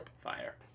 fire